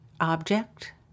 object